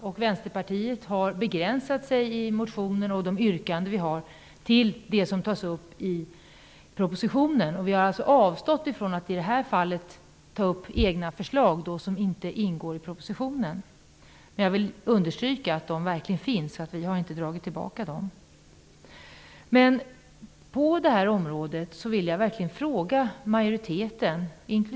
Vi i Vänsterpartiet har begränsat vår motion och våra yrkanden till de förslag som tas upp i propositionen. Vi har avstått från att i det här fallet ta upp egna förslag som inte ingår i propositionen. Men jag vill understryka att de finns. Vi har inte dragit tillbaka dem.